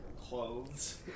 clothes